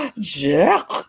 Jack